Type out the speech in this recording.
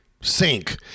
sink